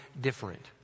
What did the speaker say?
different